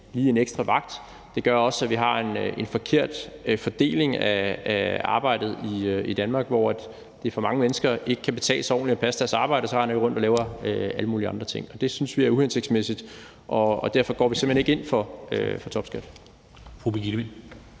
tage en ekstra vagt, og det gør også, at vi har en forkert fordeling af arbejdet i Danmark, og det betyder, at det for mange mennesker ikke rigtig kan betale sig at passe deres arbejde, og så render de rundt og laver alle mulige andre ting. Det synes vi er uhensigtsmæssigt, og derfor går vi simpelt hen ikke ind for topskat.